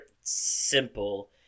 simple